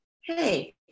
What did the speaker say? hey